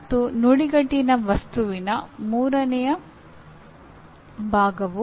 ಮತ್ತು ನುಡಿಗಟ್ಟಿನ ವಸ್ತುವಿನ ಮೂರನೆಯ ಭಾಗವು ಜ್ಞಾನದ ಪ್ರಕಾರವನ್ನು ಹೇಳುತ್ತದೆ